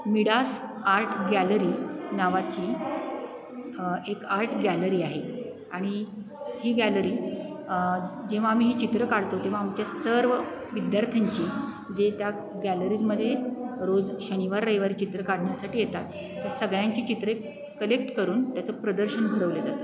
Midas art gallery नावाची एक art gallery आहे आणि ही गॅलरी जेव्हा आम्ही हे चित्र काढतो तेव्हा आमचे सर्व विद्यार्थ्यांची जे त्या गॅलरीजमध्ये रोज शनिवार रविवारी चित्र काढण्यासाठी येतात तर सगळ्यांचे चित्रे कलेक्ट करून त्याचं प्रदर्शन भरवले जातं